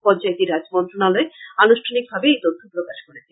পঞ্চায়েতী রাজ মন্ত্রনালয় আনুষ্ঠানিক ভাবে এই তথ্য প্রকাশ করেছে